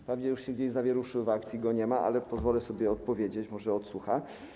Wprawdzie już się gdzieś zawieruszył w akcji, nie ma go, ale pozwolę sobie odpowiedzieć, może odsłucha.